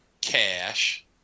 cash